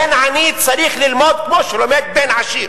בן עני צריך ללמוד כמו שלומד בן עשיר.